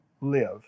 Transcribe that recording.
live